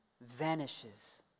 vanishes